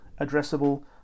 addressable